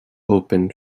open